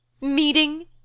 meeting